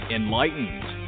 enlightened